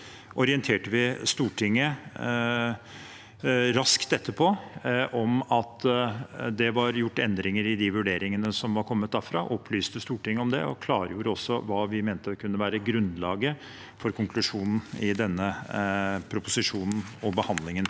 mai, orienterte vi Stortinget raskt etterpå om at det var gjort endringer i de vurderingene som var kommet derfra. Vi opplyste Stortinget om det, og vi klargjorde også hva vi mente kunne være grunnlaget for konklusjonen i denne proposisjonen og behandlingen.